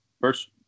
first